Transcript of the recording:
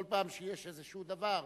בכל פעם שיש איזשהו דבר.